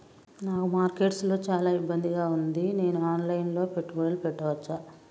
నాకు మార్కెట్స్ లో చాలా ఇబ్బందిగా ఉంది, నేను ఆన్ లైన్ లో పెట్టుబడులు పెట్టవచ్చా?